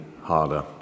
harder